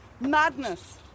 madness